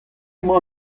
emañ